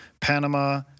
Panama